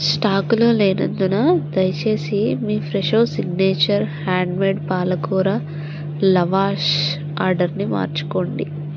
స్టాకులో లేనందున దయచేసి మీ ఫ్రెషో సిగ్నేచర్ హ్యాండ్ మేడ్ పాలకూర లవాష్ ఆర్డర్ని మార్చుకోండి